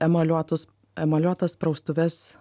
emaliuotus emaliuotas praustuves